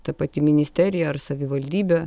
ta pati ministerija ar savivaldybė